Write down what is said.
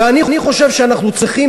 ואני חושב שאנחנו צריכים,